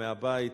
מהבית,